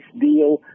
deal